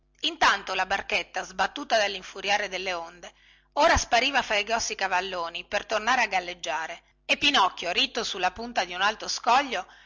intanto la barchetta sbattuta dallinfuriare dellonde ora spariva fra i grossi cavalloni ora tornava a galleggiare e pinocchio ritto sulla punta di un alto scoglio